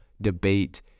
debate